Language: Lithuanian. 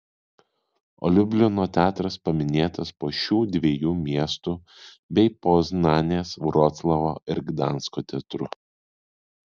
o liublino teatras paminėtas po šių dviejų miestų bei poznanės vroclavo ir gdansko teatrų